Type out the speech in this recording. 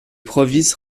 provis